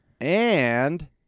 And-